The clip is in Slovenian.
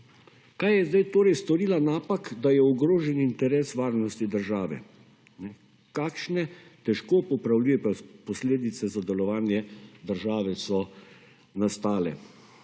Kaj je zdaj torej storila napak, da je ogrožen interes varnosti države, kakšne težko popravljive posledice za delovanje države so nastale.